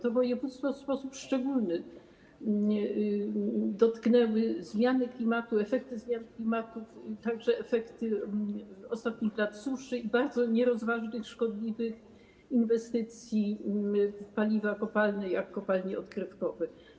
To województwo w sposób szczególny dotknęły zmiany klimatu, efekty zmian klimatu, także efekty ostatnich lat suszy i bardzo nierozważnych, szkodliwych inwestycji w paliwa kopalne, takich jak kopalnie odkrywkowe.